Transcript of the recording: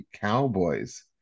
cowboys